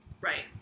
Right